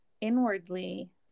inwardly